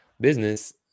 business